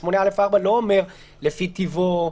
8(א)(4) לא אומר "לפי טבעו",